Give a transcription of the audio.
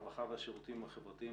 הרווחה והשירותים החברתיים.